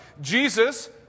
Jesus